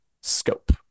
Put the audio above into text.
scope